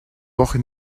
woche